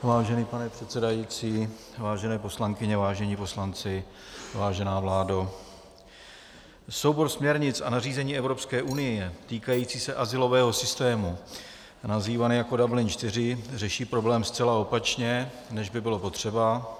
Vážený pane předsedající, vážené poslankyně, vážení poslanci, vážená vládo, soubor směrnic a nařízení Evropské unie týkající se azylového systému, nazývaný jako Dublin IV, řeší problém zcela opačně, než by bylo potřeba.